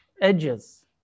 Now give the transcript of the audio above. edges